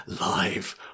live